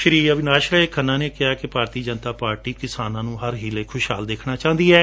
ਸ੍ਰੀ ਅਵਿਨਾਸ਼ ਰਾਏ ਖੰਨਾ ਨੇ ਕਿਹਾ ਕਿ ਭਾਰਤੀ ਜਨਤਾ ਪਾਰਟੀ ਕਿਸਾਨਾਂ ਨੂੰ ਹਰ ਹੀਲੇ ਖੇਸ਼ਹਾਲ ਦੇਖਣਾ ਚਾਹੁੰਦੀ ਹੈ